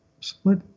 split